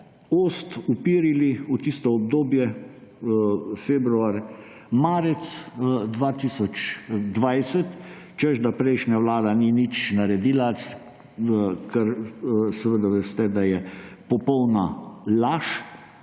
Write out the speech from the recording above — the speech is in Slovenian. ost uperili v tisto obdobje februar-marec 2020, češ, da prejšnja vlada ni nič naredila, kar veste, da je popolna laž.